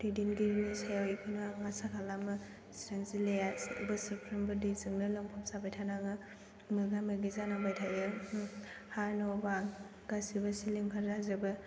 दैदेनगिरिनि सायाव बेखौनो आं आसा खालामो सिरां जिल्लाया बोसोरफ्रोमबो दैजोंनो लोमफ'बजाबाय थानाङो मोगा मोगि जानांबाय थायो हा न' बां गासैबो सिलिंखार जाजोबो